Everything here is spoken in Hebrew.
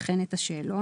וכן את השאלון.